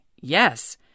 Yes